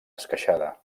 esqueixada